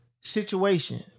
Situation